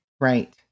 Right